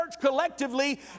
collectively